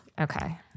Okay